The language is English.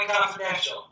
Confidential